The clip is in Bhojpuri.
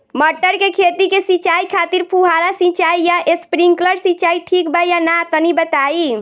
मटर के खेती के सिचाई खातिर फुहारा सिंचाई या स्प्रिंकलर सिंचाई ठीक बा या ना तनि बताई?